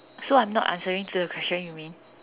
so I'm not answering to the question you mean